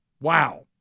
Wow